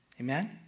Amen